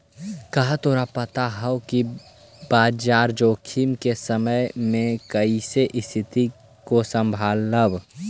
का तोरा पता हवअ कि बाजार जोखिम के समय में कइसे स्तिथि को संभालव